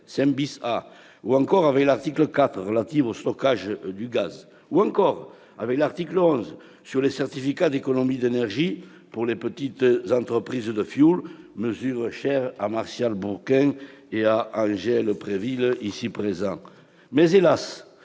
5 , 5 A, à l'article 4 relatif au stockage du gaz ou encore à l'article 11 sur les certificats d'économie d'énergie pour les petites entreprises de fioul, mesure chère à Martial Bourquin et à Angèle Préville, ici présents.